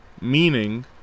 meaning